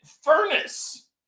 furnace